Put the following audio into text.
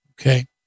okay